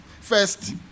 first